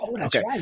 Okay